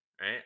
right